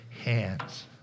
hands